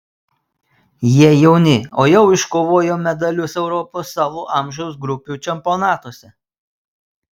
jie jauni o jau iškovojo medalius europos savo amžiaus grupių čempionatuose